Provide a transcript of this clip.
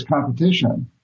competition